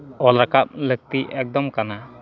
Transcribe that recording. ᱚᱞ ᱨᱟᱠᱟᱵ ᱞᱟᱹᱠᱛᱤ ᱮᱠᱫᱚᱢ ᱠᱟᱱᱟ